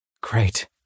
Great